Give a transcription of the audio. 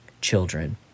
children